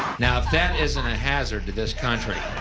now if that isn't a hazard to this country.